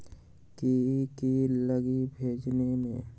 की की लगी भेजने में?